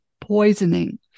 poisoning